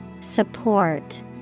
Support